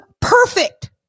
perfect